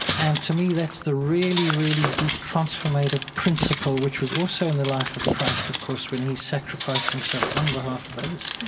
and to me, that's the really, really deep transformative principle, which was also in the life of christ, of course, when he sacrificed himself on behalf of others.